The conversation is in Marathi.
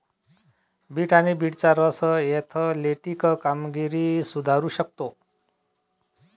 बीट आणि बीटचा रस ऍथलेटिक कामगिरी सुधारू शकतो